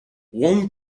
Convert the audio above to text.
one